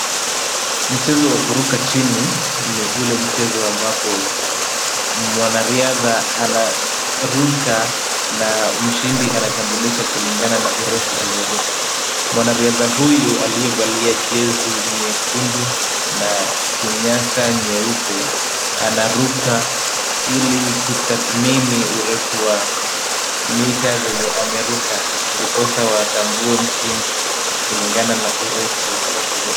Mchezo wa kuruka chini ni ule mchezo ambapo mwanariadha anaruka na mshindi anatambulika kulingana na urefu alioruka. Mwanariadha huyu, aliyevalia jezi nyekundu na kinyasa nyeupe, anaruka ili kutathmini urefu wa mita zenye ameruka ndiposa watambue mshindi kulingana na urefu wa kuruka.